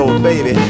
baby